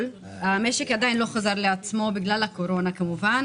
המשק עדיין לא חזר לעצמו בגלל הקורונה כמובן.